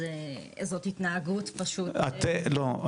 זאת התנהגות פשוט --- לא,